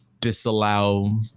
disallow